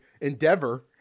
endeavor